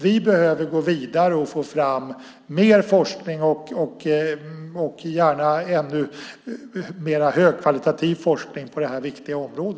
Vi behöver gå vidare och få fram mer forskning och gärna ännu mer högkvalitativ forskning på detta viktiga område.